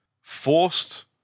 forced